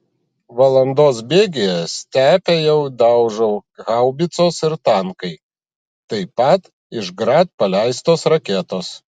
valandos bėgyje stepę jau daužo haubicos ir tankai taip pat iš grad paleistos raketos